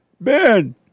Ben